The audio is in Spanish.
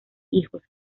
hijos